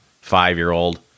five-year-old